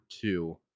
two